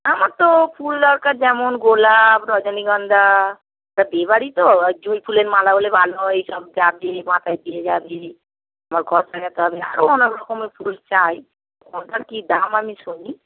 আমার তো ফুল দরকার যেমন গোলাপ রজনীগন্ধা এটা বিয়েবাড়ি তো ওই জুঁই ফুলের মালা হলে ভালো হয় এই সব যাবে মাথায় দিয়ে যাবে আমার ঘর সাজাতে হবে আরও অনেক রকমের ফুল চাই কোনটার কী দাম আমি শুনি